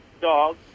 dog